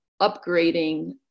upgrading